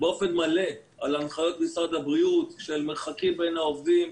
באופן מלא על הנחיות משרד הבריאות של מרחקים בין העובדים,